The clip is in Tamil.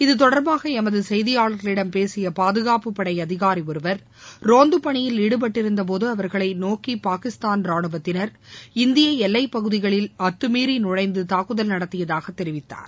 இத்தொடர்பாக எமது செய்தியாளர்களிடம் பேசிய பாதுகாப்பு படை அதிகாரிகள் ரோந்து பணியில் ஈடுபட்டிருந்த போது அவர்களை நோக்கி பாகிஸ்தான் ரானுவத்தினர் இந்திய எல்லைப் பகுதிகள் அத்துமீறி நுழைந்து தாக்குதல் நடத்தியதாக தெரிவித்தார்